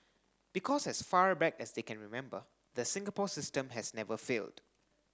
because as far back as they can remember the Singapore system has never failed